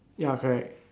ya correct